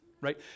right